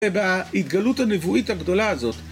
ובהתגלות הנבואית הגדולה הזאת.